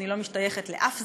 אני לא משתייכת לשום זרם: